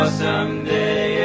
someday